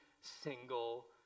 single